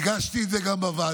הדגשתי את זה גם בוועדה: